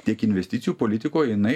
tiek investicijų politikoj jinai